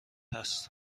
است